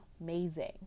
amazing